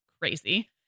crazy